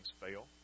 fail